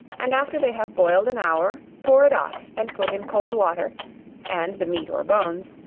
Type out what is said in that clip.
and after they have boiled an hour, pour it off, and put in cold water and the meat or bones,